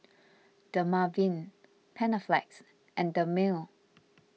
Dermaveen Panaflex and Dermale